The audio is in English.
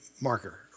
marker